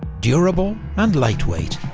durable and lightweight.